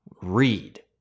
read